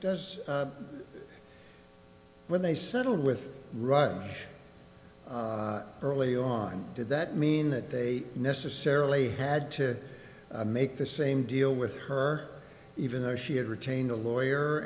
professor when they settled with russia early on did that mean that they necessarily had to make the same deal with her even though she had retained a lawyer